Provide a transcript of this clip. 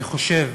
אני חושב